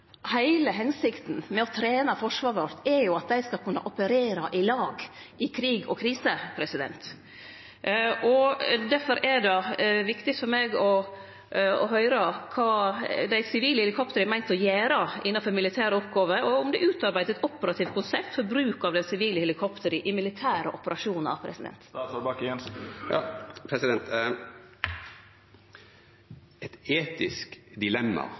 Heile hensikta med å trene forsvaret vårt er at dei skal kunne operere i lag i krig og krise. Difor er det viktig for meg å høyre kva dei sivile helikoptera er meint å gjere av militære oppgåver, og om det er utarbeidd eit operativt konsept for bruk av dei sivile helikoptera i militære operasjonar.